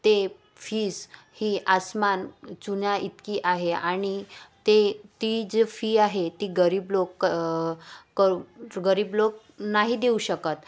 ते फीज ही आसमान चुन्याइतकी आहे आणि ते ती जी फी आहे ती गरीब लोक क करू गरीब लोक नाही देऊ शकत